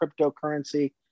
cryptocurrency